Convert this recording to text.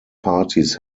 parties